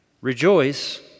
Rejoice